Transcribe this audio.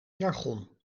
jargon